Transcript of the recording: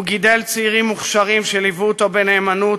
הוא גידל צעירים מוכשרים שליוו אותו בנאמנות,